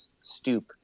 stoop